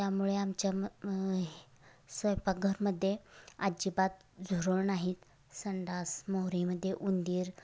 त्यामुळे आमच्या म ह स्वयंपाकघरमध्ये अजिबात झुरळ नाहीत संडास मोरीमध्ये उंदीर